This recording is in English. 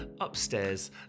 upstairs